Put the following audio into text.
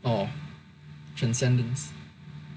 oh transcendance